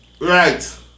Right